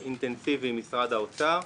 אינטנסיבי עם משרד האוצר,